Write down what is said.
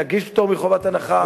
נגיש פטור מחובת הנחה,